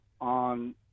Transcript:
on